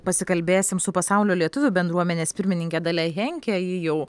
pasikalbėsim su pasaulio lietuvių bendruomenės pirmininke dalia henke ji jau